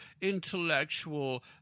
intellectual